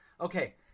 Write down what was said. Okay